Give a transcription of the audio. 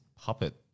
puppet